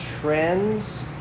trends